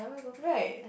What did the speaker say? right